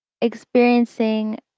experiencing